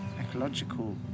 ecological